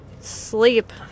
sleep